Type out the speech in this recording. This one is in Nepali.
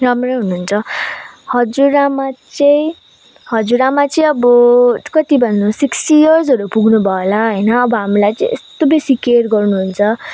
राम्रो हुनुहुन्छ हजुरआमा चाहिँ हजुरआमा चाहिँ अब कति भन्नु सिक्सटी इयर्सहरू पुग्नुभयो होला होइन अब हामीलाई चाहिँ यस्तो बेसी केयर गर्नुहुन्छ